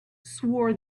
swore